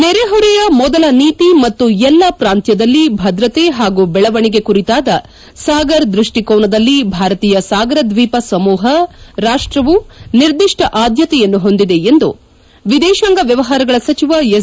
ನೆರೆಹೊರೆಯ ಮೊದಲ ನೀತಿ ಮತ್ತು ಎಲ್ಲಾ ಪ್ರಾಂತ್ಯದಲ್ಲಿ ಭದ್ರತೆ ಮತ್ತು ದೆಳವಣಿಗೆ ಕುರಿತಾದ ಸಾಗರ್ ದೃಷ್ಷಿಕೋನದಲ್ಲಿ ಭಾರತೀಯ ಸಾಗರ ದ್ವೀಪ ಸಮೂಪ ರಾಷ್ಲವು ನಿರ್ದಿಷ್ಲ ಆದ್ಯತೆಯನ್ನು ಹೊಂದಿದೆ ಎಂದು ವಿದೇಶಾಂಗ ವ್ಯವಹಾರಗಳ ಸಚಿವ ಎಸ್